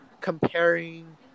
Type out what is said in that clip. comparing